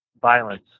violence